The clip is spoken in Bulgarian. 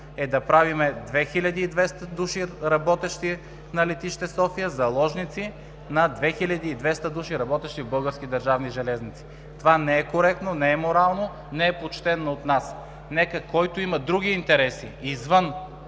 е да правим 2200 души, работещи на Летище София, заложници на 2200 души, работещи в „Български държавни железници“. Това не е коректно, не е морално, не е почтено от нас. Нека който има други интереси, извън